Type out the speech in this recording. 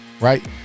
right